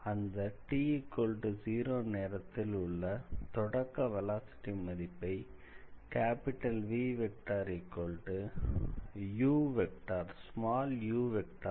அந்த நேரத்தில் உள்ள தொடக்க வெலாசிட்டி மதிப்பை Vu என எடுத்துக் கொள்வோம்